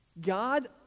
God